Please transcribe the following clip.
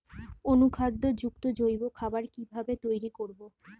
অনুখাদ্য যুক্ত জৈব খাবার কিভাবে তৈরি করব?